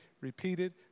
repeated